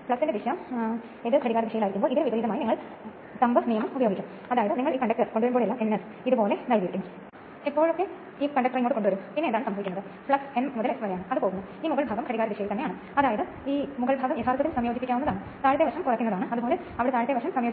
ഏതുവിധേനയും ഈ winding സ്ഥലം പരീക്ഷണശാലയിൽ കാണാൻ ഞാൻ നിർദ്ദേശിക്കുന്ന സ്ലോട്ടുകൾ ഇവയാണ് യന്ത്രം തുറക്കുമ്പോൾ ആ സ്റ്റേറ്റർ തീർച്ചയായും ഈ നിർമ്മാണത്തിന്റെ സാക്ഷാത്കാരത്തിനായി